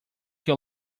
your